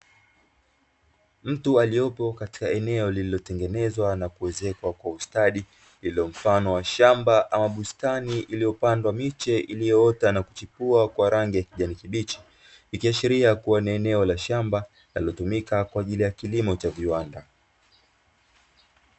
Mtu aliepo katika eneo lililotengenezwa na kuezekwa kwa ustadi, lililo mfano wa shamba ama bustani iliyopandwa miche iliyoota na kuchipua kwa rangi ya kijani kibichi, ikiashiria kuwa ni eneo la shamba linalotumika kwa ajili ya kilimo cha viwanda.